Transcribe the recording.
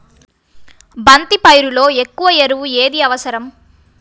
బంతి పైరులో ఎక్కువ ఎరువు ఏది అవసరం?